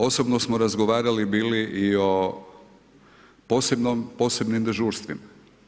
Osobno smo razgovarali bili i o posebnim dežurstvima.